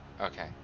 Okay